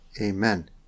Amen